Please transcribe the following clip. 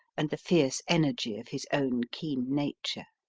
and the fierce energy of his own keen nature.